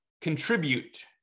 contribute